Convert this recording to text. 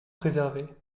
préservées